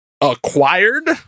acquired